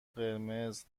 قرمز